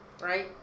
Right